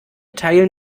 teilen